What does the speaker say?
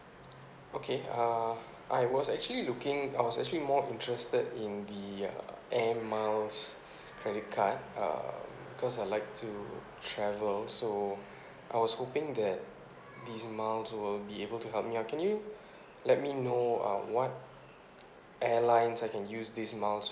okay uh I was actually looking I was actually more interested in the uh air miles credit card uh because I like to travel so I was hoping that these miles will be able to help me out can you let me know uh what airlines I can use these miles